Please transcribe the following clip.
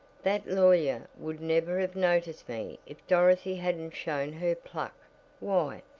that lawyer would never have noticed me if dorothy hadn't shown her pluck why,